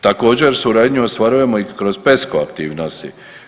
Također, suradnji ostvarujemo i kroz PESCO aktivnosti.